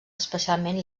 especialment